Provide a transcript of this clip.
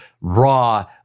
raw